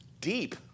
deep